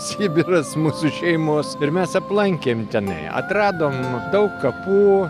sibiras mūsų šeimos ir mes aplankėm tenai atradom daug kapų